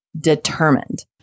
determined